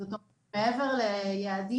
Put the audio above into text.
זאת אומרת, מעבר ליעדים.